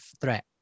threat